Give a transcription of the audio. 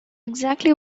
exactly